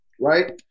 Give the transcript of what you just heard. right